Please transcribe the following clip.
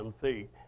feet